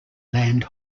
land